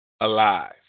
alive